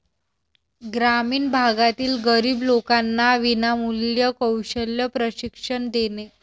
ग्रामीण भागातील गरीब लोकांना विनामूल्य कौशल्य प्रशिक्षण देणे